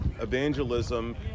evangelism